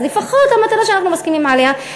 אז לפחות המטרה שאנחנו מסכימים עליה,